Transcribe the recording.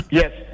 yes